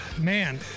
man